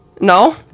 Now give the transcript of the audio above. No